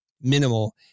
minimal